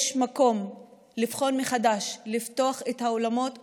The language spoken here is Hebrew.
יש מקום לבחון מחדש לפתוח את האולמות,